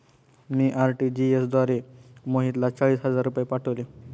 मी RTGS द्वारे मोहितला चाळीस हजार रुपये पाठवले